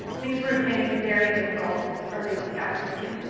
things were beginning very difficult for facebook advertising.